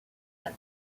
and